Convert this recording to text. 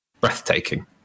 breathtaking